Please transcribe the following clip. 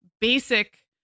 basic